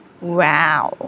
wow